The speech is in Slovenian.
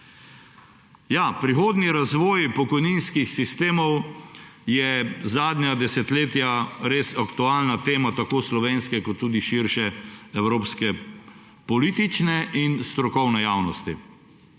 Prihodnji razvoj pokojninskih sistemov je zadnja desetletja res aktualna tema tako slovenske kot tudi širše evropske politične in strokovne javnosti.